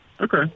okay